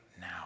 now